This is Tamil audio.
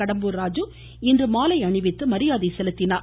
கடம்பூர் ராஜு இன்று மாலை அணிவித்து மரியாதை செலுத்தினார்